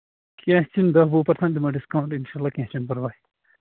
کیٚنہہ چھُنہٕ دہ وُہ پٔرسَنٹ دِمو ڈِسکاوُنٛٹ اِنشاء اللہ کیٚنہہ چھُنہٕ پَرواے